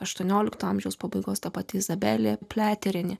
aštuoniolikto amžiaus pabaigos ta pati izabelė pliaterienė